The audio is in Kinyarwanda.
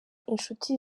inshuti